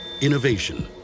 Innovation